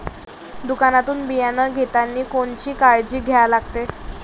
दुकानातून बियानं घेतानी कोनची काळजी घ्या लागते?